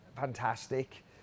fantastic